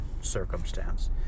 circumstance